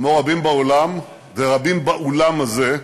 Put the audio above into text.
כמו רבים בעולם ורבים באולם הזה,